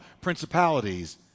Principalities